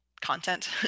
content